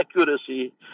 accuracy